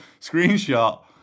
Screenshot